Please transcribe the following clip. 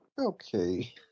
Okay